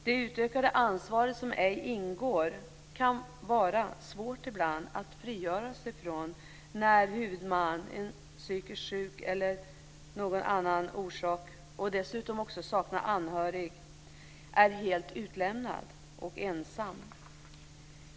Det utökade ansvaret som ej ingår kan ibland vara svårt att frigöra sig från när huvudmannen, t.ex. en psykiskt sjuk person, dessutom saknar anhöriga och är helt utlämnad och ensam.